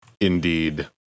Indeed